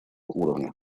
уровня